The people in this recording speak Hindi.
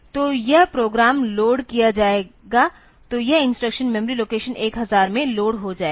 तो जब प्रोग्राम लोड किया जाएगा तो यह इंस्ट्रक्शन मेमोरी लोकेशन 1000 में लोड हो जाएगा